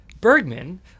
Bergman